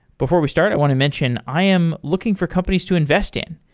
before we start, i want to mention, i am looking for companies to invest in.